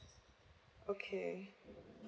okay